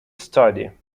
study